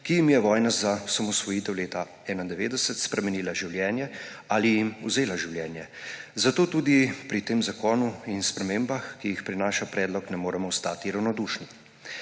ki jim je vojna za osamosvojitev leta 1991 spremenila življenje ali jim vzela življenje, zato tudi pri tem zakonu in spremembah, ki jih prinaša predlog, ne moremo ostati ravnodušni.